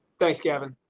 thanks kevin.